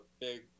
big